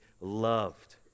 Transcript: loved